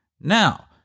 Now